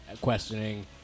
questioning